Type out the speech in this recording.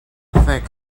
think